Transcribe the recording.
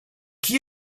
qui